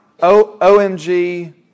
OMG